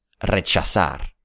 rechazar